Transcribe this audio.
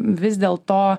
vis dėl to